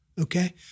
okay